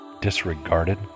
disregarded